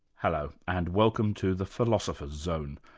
hello and welcome to the philosopher's zone,